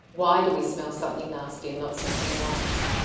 why do we smell something nasty and not something nice?